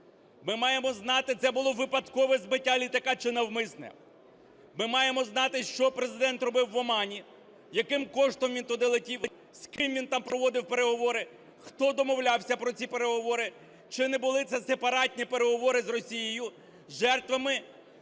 Ми маємо знати, це було випадкове збиття літака чи навмисне. Ми маємо знати, що Президент робив в Омані, яким коштом він туди летів, з ким він там проводив переговори, хто домовлявся про ці переговори, чи не були це сепаратні переговори з Росією, жертвами